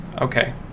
Okay